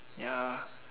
ya